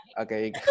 Okay